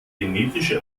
genetische